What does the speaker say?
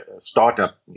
startup